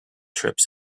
trips